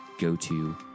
go-to